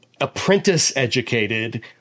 apprentice-educated